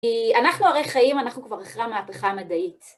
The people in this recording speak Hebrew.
כי אנחנו הרי חיים, אנחנו כבר אחרי המהפכה המדעית.